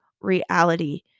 reality